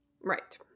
Right